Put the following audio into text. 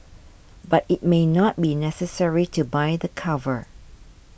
but it may not be necessary to buy the cover